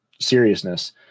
seriousness